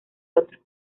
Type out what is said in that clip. otro